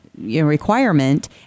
requirement